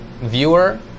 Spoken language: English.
viewer